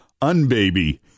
Unbaby